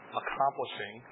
accomplishing